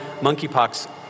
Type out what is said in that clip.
monkeypox